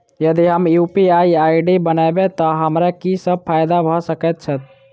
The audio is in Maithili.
यदि हम यु.पी.आई आई.डी बनाबै तऽ हमरा की सब फायदा भऽ सकैत अछि?